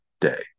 day